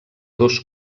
dos